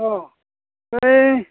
अ बै